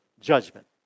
Judgment